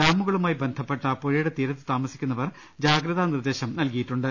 ഡാമുകളുമായി ബന്ധപ്പെട്ട പുഴയുടെ തീരത്തു താമസിക്കുന്നവർക്ക് ജാഗ്രതാ നിർദ്ദേശം നൽകിയിട്ടുണ്ട്